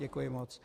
Děkuji moc.